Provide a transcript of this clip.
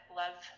love